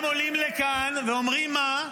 הם עולים לכאן ואומרים, מה?